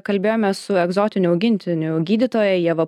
kalbėjome su egzotinių augintinių gydytoja ieva